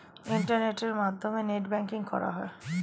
ইন্টারনেটের মাধ্যমে net banking করা হয়